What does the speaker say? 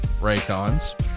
Raycons